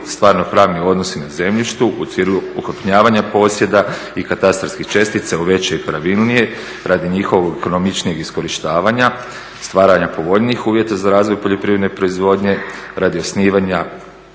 stvarno pravni odnosi na zemljištu u cilju ukrupnjavanja posjeda i katastarskih čestica u veće i pravilnije radi njihovog ekonomičnijeg iskorištavanja, stvaranja povoljnijih uvjeta za razvoj poljoprivredne proizvodnje radi osnivanja